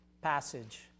passage